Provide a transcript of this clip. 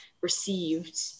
received